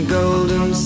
golden